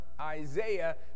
Isaiah